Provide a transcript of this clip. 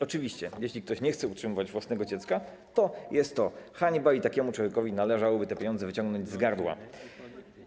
Oczywiście jeśli ktoś nie chce utrzymywać własnego dziecka, to jest to hańba i takiemu człowiekowi należałoby te pieniądze wyciągnąć z gardła.